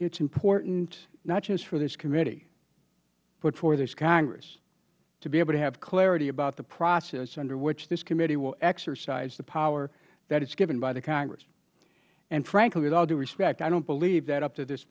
is important not just for this committee but for this congress to be able to have clarity about the process under which this committee will exercise the power that it is given by the congress and frankly with all due respect i don't believe that up to this